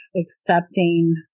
accepting